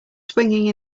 swinging